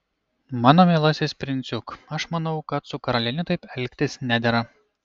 mano mielasis princiuk aš manau kad su karaliene taip elgtis nedera